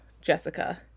Jessica